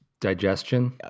digestion